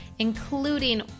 including